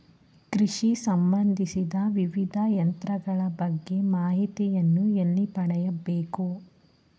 ಕೃಷಿ ಸಂಬಂದಿಸಿದ ವಿವಿಧ ಯಂತ್ರಗಳ ಬಗ್ಗೆ ಮಾಹಿತಿಯನ್ನು ಎಲ್ಲಿ ಪಡೆಯಬೇಕು?